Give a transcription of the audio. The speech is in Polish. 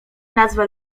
nazwę